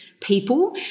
people